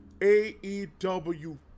AEW